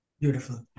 Beautiful